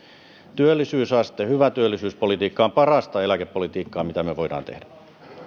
työllisyysaste ja hyvä työllisyyspolitiikka on parasta eläkepolitiikkaa mitä me voimme tehdä